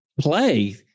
play